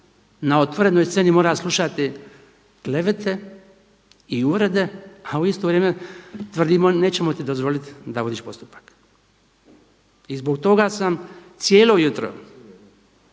na otvorenoj sceni mora slušati klevete i uvrede a u isto vrijeme tvrdimo nećemo ti dozvoliti da vodiš postupak. I zbog toga sam cijelo jutro